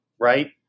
right